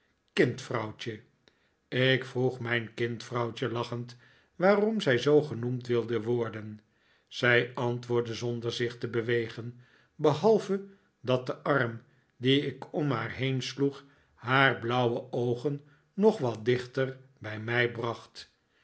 kindvrouwtje ik vroeg mijn kind vrouwtje lachend waarom zij zoo genoemd wilde worden zij antwoordde zonder zich te bewegen behalve dat de arm dien ik om haar heen sloeg haar blauwe oogen nog wat dichter bij mij bracht